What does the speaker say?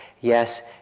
yes